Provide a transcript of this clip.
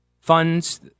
funds